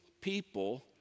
people